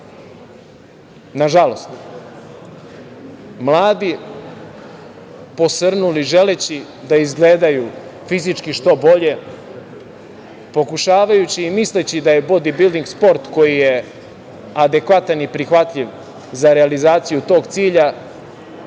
Nažalost, mladi, posrnuli, želeći da izgledaju fizički što bolje, pokušavajući i misleći da je bodibilding sport koji je adekvatan i prihvatljiv za realizaciju tog cilja,